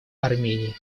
армении